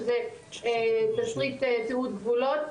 זה תשריט תיעוד גבולות,